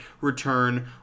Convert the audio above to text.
return